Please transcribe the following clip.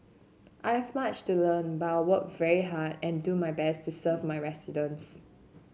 I have much to learn but work very hard and do my best to serve my residents